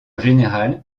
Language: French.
général